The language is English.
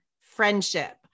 friendship